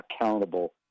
accountable